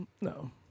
No